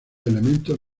elementos